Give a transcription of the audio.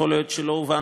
יכול להיות שלא הובנתי.